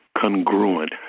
congruent